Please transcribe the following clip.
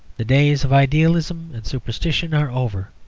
the days of idealism and superstition are over.